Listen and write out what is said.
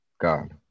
God